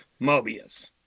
Mobius